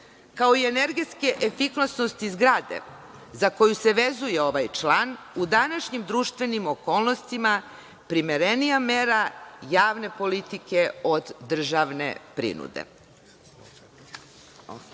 kao i energetske efikasnosti zgrade, za koju se vezuje ovaj član, u današnjim društvenim okolnostima primerenija mera javne politike od državne prinude. Treća